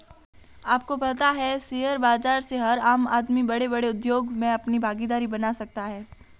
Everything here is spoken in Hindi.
आपको पता है शेयर बाज़ार से हर आम आदमी बडे़ बडे़ उद्योग मे अपनी भागिदारी बना सकता है?